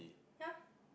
ya